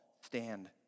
stand